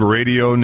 Radio